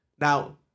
Now